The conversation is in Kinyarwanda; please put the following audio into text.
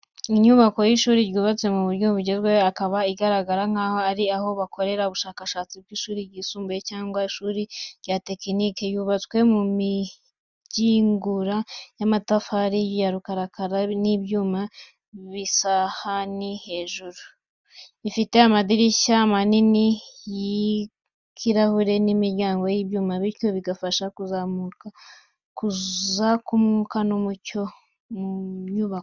Inyubako y’ishuri ryubatse mu buryo bugezweho, ikaba igaragara nkaho ari aho bakorera ubushakashatsi bw’ishuri ryisumbuye cyangwa ishuri rya tekinike. Yubatswe mu migingura y’amatafari ya rukarakara n’ibyuma by’isahani hejuru. Ifite amadirishya manini y’ikirahure n’imiryango y’ibyuma, bityo bigafasha kuza k’umwuka n’umucyo mu nyubako.